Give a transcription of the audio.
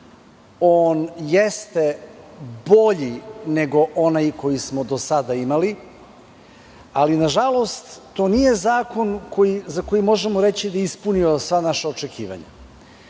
On jeste bolji nego onaj koji smo do sada imali, ali nažalost to nije zakon za koji možemo reći da je ispunio sva naša očekivanja. Pored